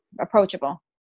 approachable